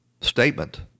statement